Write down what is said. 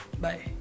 Bye